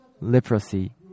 leprosy